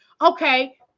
Okay